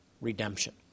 redemption